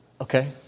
Okay